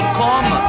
come